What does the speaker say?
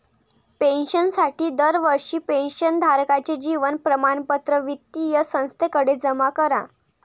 पेन्शनसाठी दरवर्षी पेन्शन धारकाचे जीवन प्रमाणपत्र वित्तीय संस्थेकडे जमा करा